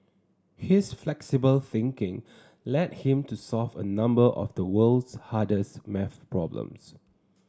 his flexible thinking led him to solve a number of the world's hardest maths problems